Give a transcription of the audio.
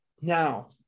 Now